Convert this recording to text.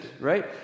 right